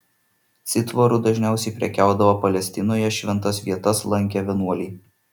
citvaru dažniausiai prekiaudavo palestinoje šventas vietas lankę vienuoliai